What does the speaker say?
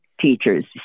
Teachers